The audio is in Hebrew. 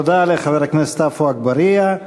תודה לחבר הכנסת עפו אגבאריה.